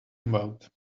about